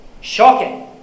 Shocking